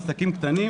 עסקים קטנים